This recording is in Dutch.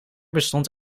bestond